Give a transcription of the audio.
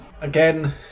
again